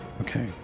Okay